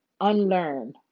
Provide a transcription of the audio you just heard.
unlearn